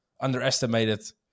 underestimated